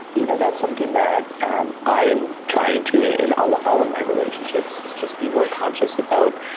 you know, that's something that i am trying to in all all of my relationships is just be more conscious about,